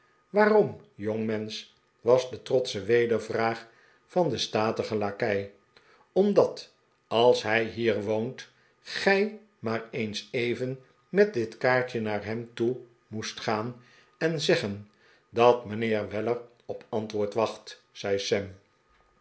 waarom jongmensch was de trotsche wedervraag van den statigen lakei omdat als hij hier woont gij maar eens even met dit kaartje naar hem toe moest gaan en zeggen dat mijnheer weller op antwoord wacht zei sam